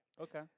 Okay